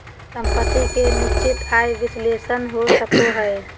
सम्पत्ति के निश्चित आय विश्लेषण हो सको हय